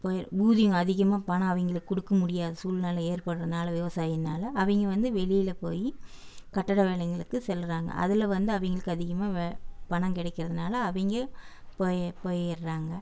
போய் ஊதியம் அதிகமாக பணம் அவங்களுக்கு கொடுக்க முடியாத சூழ்நிலை ஏற்படுறனால விவசாயினால் அவங்க வந்து வெளியில் போய் கட்டட வேலைகளுக்கு சொல்கிறாங்க அதில் வந்து அவங்களுக்கு அதிகமாக பணம் கிடைக்கிறதுனால அவங்க போய் போய்விட்றாங்க